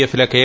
എഫിലെ കെ